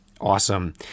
Awesome